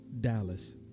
Dallas